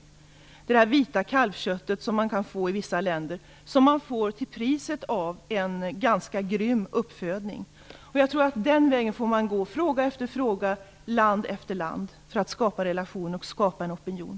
Det gäller det vita kalvkött som man kan få i vissa länder och som man får till priset av en ganska grym uppfödning. Jag tror att man får gå den vägen i fråga efter fråga och i land efter land för att skapa relationer och skapa en opinion.